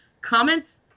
comments